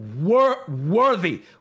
worthy